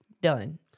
done